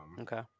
Okay